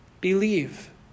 Believe